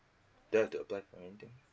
do I have to apply for anything